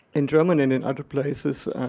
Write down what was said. in germany and and other places,